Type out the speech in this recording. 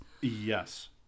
Yes